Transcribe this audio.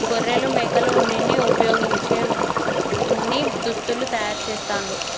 గొర్రెలు మేకల ఉన్నిని వుపయోగించి ఉన్ని దుస్తులు తయారు చేస్తాండ్లు